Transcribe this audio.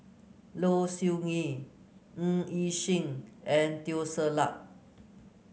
Low Siew Nghee Ng Yi Sheng and Teo Ser Luck